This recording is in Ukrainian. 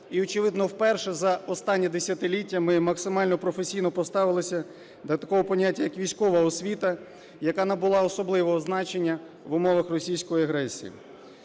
І, очевидно, вперше за останнє десятиліття ми максимально професійно поставилися до такого поняття, як "військова освіта", яка набула особливого значення в умовах російської агресії.